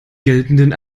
geltenden